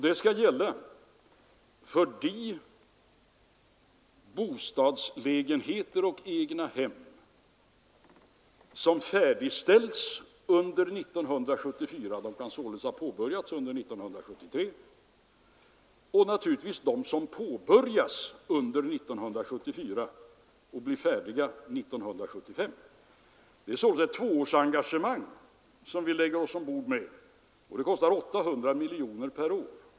Den skall gälla för de bostadslägenheter och egnahem som färdigställs under 1974 — de kan således ha påbörjats under 1973 — och naturligtvis för dem som påbörjats under 1974 och blir färdiga 1975. Det är således ett tvåårsengagemang som vi ålägger oss, och det kostar 800 miljoner per år.